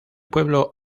pueblo